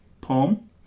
Palm